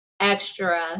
extra